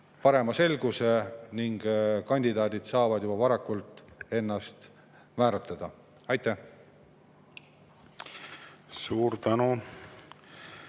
parema selguse, et kandidaadid saaksid juba varakult ennast määratleda. Aitäh! Suur tänu!